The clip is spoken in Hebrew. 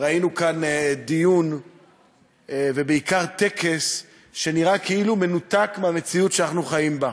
ראינו כאן דיון ובעיקר טקס שנראה כאילו מנותק מהמציאות שאנחנו חיים בה,